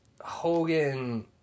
Hogan